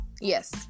Yes